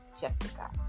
Jessica